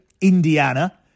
Indiana